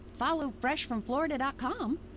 followfreshfromflorida.com